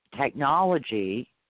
technology